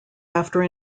after